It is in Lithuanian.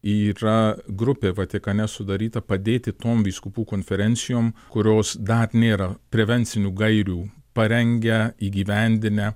yra grupė vatikane sudaryta padėti tom vyskupų konferencijom kurios dar nėra prevencinių gairių parengę įgyvendinę